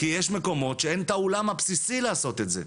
כי יש מקומות שאין את האולם הבסיסי לעשות את זה.